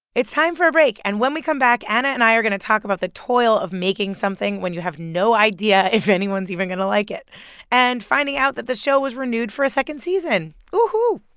it's time for a break. and when we come back, ana and i are going to talk about the toil of making something when you have no idea if anyone's even going to like it and finding out that the show was renewed for a second season woo hoo.